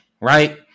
right